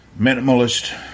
minimalist